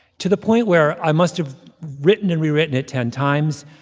to the point where i must have written and rewritten it ten times.